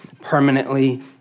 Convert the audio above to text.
permanently